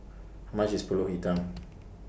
much IS Pulut Hitam